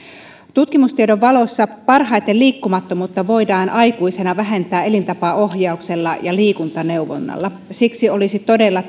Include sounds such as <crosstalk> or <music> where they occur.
tutkimustiedon valossa liikkumattomuutta voidaan aikuisena vähentää parhaiten elintapaohjauksella ja liikuntaneuvonnalla siksi olisi todella <unintelligible>